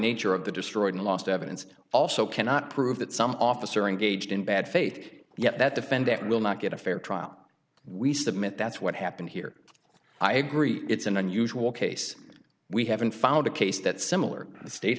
nature of the destroyed and lost evidence also cannot prove that some officer engaged in bad faith yet that defendant will not get a fair trial we submit that's what happened here i agree it's an unusual case we haven't found a case that similar